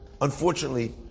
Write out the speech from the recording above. Unfortunately